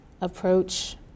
approach